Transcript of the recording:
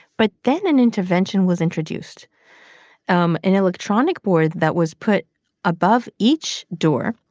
but then an intervention was introduced um an electronic board that was put above each door,